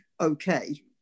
okay